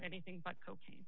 anything but cocaine